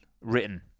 Written